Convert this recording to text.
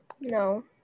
No